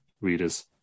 readers